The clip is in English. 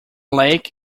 lake